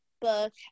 book